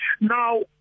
Now